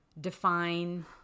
define